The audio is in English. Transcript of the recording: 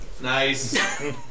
Nice